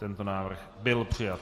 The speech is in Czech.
Tento návrh byl přijat.